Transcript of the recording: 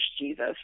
Jesus